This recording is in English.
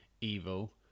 evil